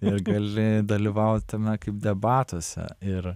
ir gali dalyvaut tame kaip debatuose ir